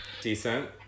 Decent